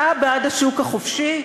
אתה בעד השוק החופשי?